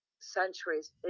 centuries